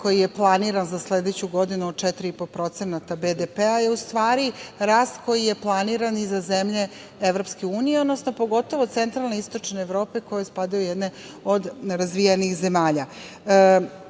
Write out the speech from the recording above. koji je planiran za sledeću godinu, od 4,5% BDP je u stvari rast koji je planiran i za zemlje EU, pogotovo centralne i istočne Evrope, koje spadaju u jedne od nerazvijenijih zemalja. Da